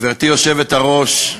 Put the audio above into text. גברתי היושבת-ראש,